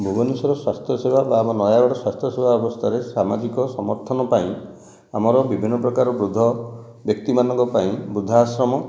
ଭୁବନେଶ୍ୱର ସ୍ୱାସ୍ଥ୍ୟ ସେବା ବା ଆମ ନୟାଗଡ଼ ସ୍ୱାସ୍ଥ୍ୟ ସେବା ଅବସ୍ଥାରେ ସାମାଜିକ ସମର୍ଥନ ପାଇଁ ଆମର ବିଭିନ୍ନ ପ୍ରକାର ବୃଦ୍ଧ ବ୍ୟକ୍ତିମାନଙ୍କ ପାଇଁ ବୃଦ୍ଧାଶ୍ରମ